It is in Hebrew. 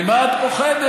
ממה את פוחדת?